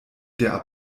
der